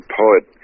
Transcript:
poet